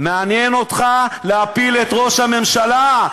מעניין אותך להפיל את ראש הממשלה.